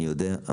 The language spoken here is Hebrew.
אני יודע,